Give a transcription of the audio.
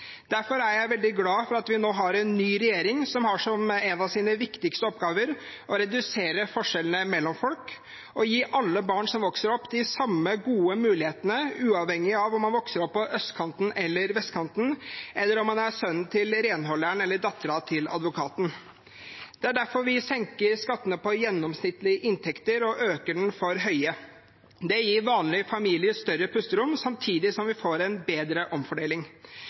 Derfor er jeg veldig glad for at vi nå har en ny regjering, som har som en av sine viktigste oppgaver å redusere forskjellene mellom folk og gi alle barn som vokser opp, de samme gode mulighetene, uavhengig av om man vokser opp på østkanten eller vestkanten, eller om man er sønnen til renholderen eller datteren til advokaten. Det er derfor vi senker skattene på gjennomsnittlige inntekter og øker dem på høye; det gir vanlige familier større pusterom, samtidig som vi får en bedre omfordeling,